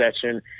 session